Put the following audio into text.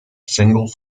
single